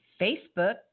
Facebook